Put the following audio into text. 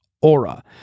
aura